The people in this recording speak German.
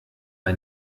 bei